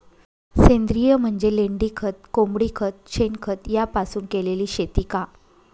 सेंद्रिय म्हणजे लेंडीखत, कोंबडीखत, शेणखत यापासून केलेली शेती का?